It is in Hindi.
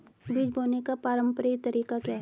बीज बोने का पारंपरिक तरीका क्या है?